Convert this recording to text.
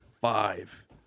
five